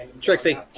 Trixie